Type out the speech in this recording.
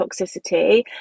toxicity